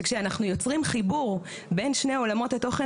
שכשאנחנו יוצרים חיבור בין שני עולמות התוכן